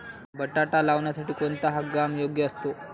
बटाटा लावण्यासाठी कोणता हंगाम योग्य असतो?